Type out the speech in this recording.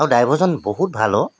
ড্ৰাইভাৰজন বহুত ভাল অঁ